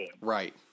Right